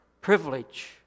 privilege